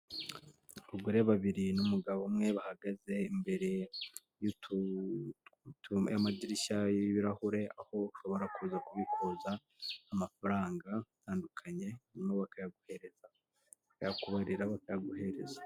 Abagore babiri n'umugabo umwe bahagaze imbere y'amadirishya y'ibirahure, aho ushobora kuza kubikuza amafaranga atandukanye hanyuma bakayaguhereza; bakayakubarira bakaguhereza.